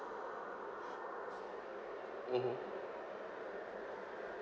mmhmm